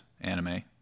anime